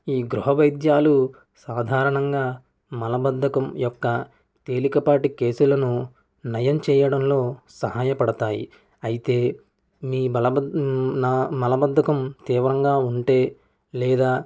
ఈ గృహ వైద్యాలు సాధారణంగా మలబద్ధకం యొక్క తేలికపాటి కేసు లను నయం చేయడంలో సహాయపడతాయి అయితే మీ మలబ నా మలబద్ధకం తీవ్రంగా ఉంటే లేదా